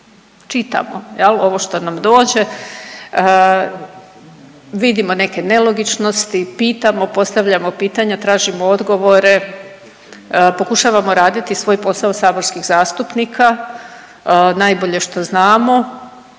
li, ovo što nam dođe, vidimo neke nelogičnosti, pitamo, postavljamo pitanja, tražimo odgovore, pokušavamo raditi svoj posao saborskih zastupnika, najbolje što znamo,